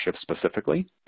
specifically